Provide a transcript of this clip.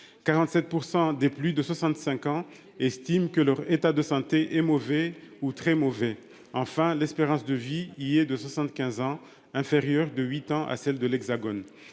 47 % des plus de 65 ans estiment que leur état de santé est mauvais ou très mauvais. Enfin, l'espérance de vie y est de 75 ans, soit inférieure de huit ans à celle de l'Hexagone.